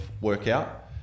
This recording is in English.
workout